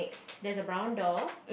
there's a brown door